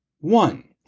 one